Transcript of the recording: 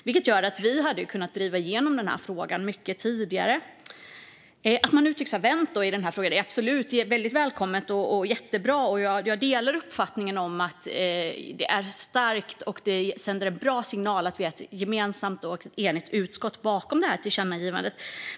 Vi hade alltså kunnat driva igenom denna fråga mycket tidigare. Att man nu tycks ha vänt i denna fråga är absolut väldigt välkommet och jättebra. Jag delar uppfattningen att det är starkt och att det sänder en bra signal att vi är ett enigt utskott bakom detta tillkännagivande.